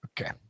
okay